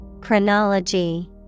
Chronology